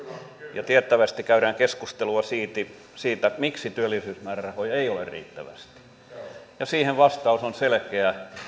ja tiettävästi käydään keskustelua siitä miksi työllisyysmäärärahoja ei ole riittävästi siihen vastaus on selkeä